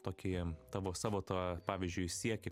tokį tavo savo tą pavyzdžiui siekį